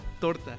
torta